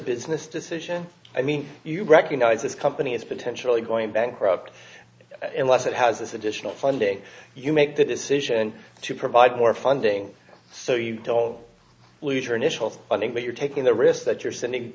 business decision i mean you recognise this company is potentially going bankrupt unless it has this additional funding you make the decision to provide more funding so you don't lose your initial funding but you're taking the risk that you're sending